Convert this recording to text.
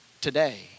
today